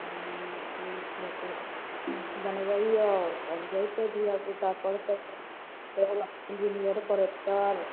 हूँ ठीक हए तब बनबैऔ तब जयतै धीआपुता पढ़तै तब ने इञ्जीनिअर करेक्टर